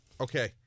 Okay